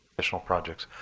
additional projects.